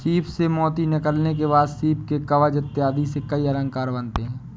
सीप से मोती निकालने के बाद सीप के कवच इत्यादि से कई अलंकार बनते हैं